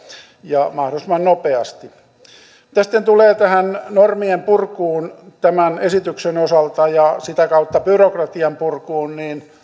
ja mahdollisimman nopeasti ja varmasti niin tapahtuukin mitä sitten tulee tähän normien purkuun tämän esityksen osalta ja sitä kautta byrokratian purkuun niin